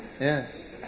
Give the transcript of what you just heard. Yes